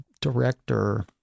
director